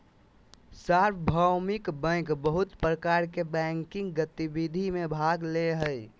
सार्वभौमिक बैंक बहुत प्रकार के बैंकिंग गतिविधि में भाग ले हइ